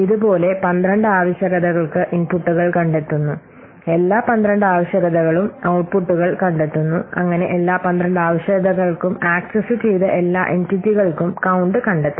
ഇതുപോലെ 12 ആവശ്യകതകൾക്ക് ഇൻപുട്ടുകൾ കണ്ടെത്തുന്നു എല്ലാ 12 ആവശ്യകതകളും ഔട്ട്പുട്ടുകൾ കണ്ടെത്തുന്നു അങ്ങനെ എല്ലാ 12 ആവശ്യകതകൾക്കും ആക്സസ്സുചെയ്ത എല്ലാ എന്റിറ്റികൾക്കും കൌണ്ട് കണ്ടെത്തണം